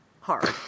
Hard